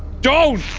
don't.